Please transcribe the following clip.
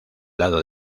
lado